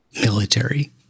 military